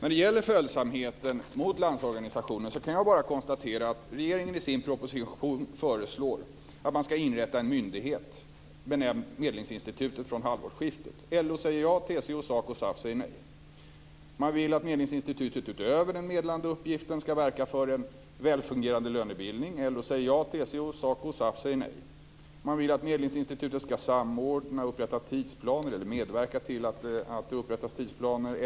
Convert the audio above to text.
Vad gäller följsamheten mot Landsorganisationen kan jag bara konstatera att regeringen i sin proposition föreslår att man vid halvårsskiftet ska inrätta en myndighet benämnd medlingsinstitutet. LO säger ja, och TCO, SACO och SAF säger nej. Man vill att medlingsinstitutet utöver den medlande uppgiften ska verka för en välfungerande lönebildning. LO säger ja, TCO, SACO och SAF säger nej. Man vill att medlingsinstitutet ska samordna och medverka till att det upprättas tidsplaner.